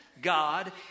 God